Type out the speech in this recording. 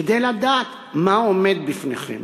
כדי לדעת מה עומד בפניכם,